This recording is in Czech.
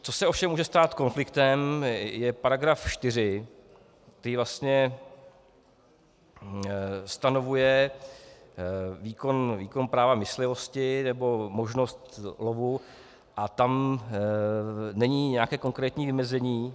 Co se ovšem může stát konfliktem, je paragraf 4, který vlastně stanovuje výkon práva myslivosti nebo možnost lovu a tam není nějaké konkrétní vymezení.